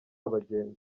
abagenzi